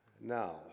Now